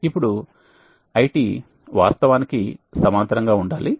ఇప్పుడు IT వాస్తవానికి సమాంతరంగా ఉండాలి